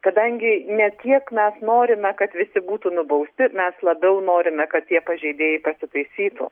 kadangi ne tiek mes norime kad visi būtų nubausti mes labiau norime kad tie pažeidėjai pasitaisytų